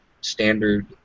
standard